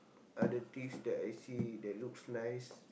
other things that I see that looks nice